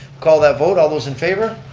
call that vote, all those in favor?